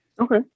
Okay